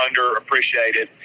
underappreciated